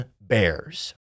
Bears